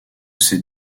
ses